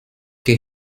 que